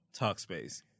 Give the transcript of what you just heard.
Talkspace